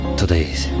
today's